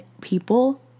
people